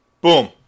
Boom